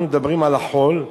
אנחנו מדברים על החול,